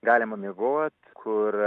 galima miegot kur